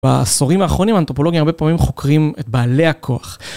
בעשורים האחרונים אנתרופולוגים הרבה פעמים חוקרים את בעלי הכוח.